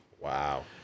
Wow